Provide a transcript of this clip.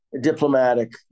diplomatic